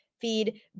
feed